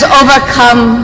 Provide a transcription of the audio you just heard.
overcome